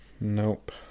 Nope